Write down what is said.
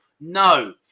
no